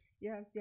Yes